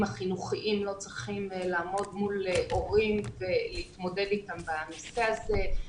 החינוכיים לא צריכים לעמוד מול הורים ולהתמודד אתם בנושא הזה.